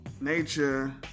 Nature